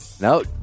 no